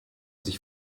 sich